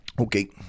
okay